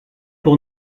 pour